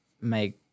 make